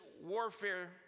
warfare